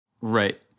right